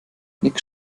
nick